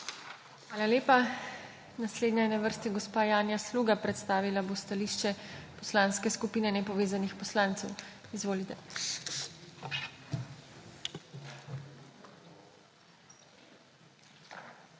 Hvala lepa. Naslednja je na vrsti gospa Janja Sluga. Predstavila bo stališče Poslanske skupine Nepovezanih poslancev. Izvolite.